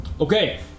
Okay